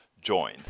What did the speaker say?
join